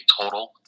total